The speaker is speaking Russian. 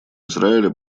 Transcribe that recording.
израиля